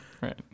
Right